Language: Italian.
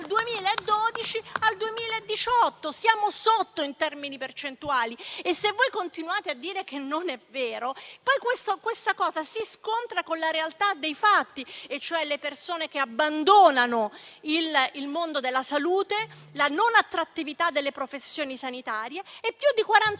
sotto in termini percentuali; anche se continuate a dire che non è vero, questa cosa si scontra con la realtà dei fatti, cioè con le persone che abbandonano il mondo della salute, con la non attrattività delle professioni sanitarie e con più di 40